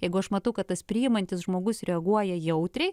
jeigu aš matau kad tas priimantis žmogus reaguoja jautriai